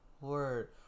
Word